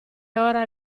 ora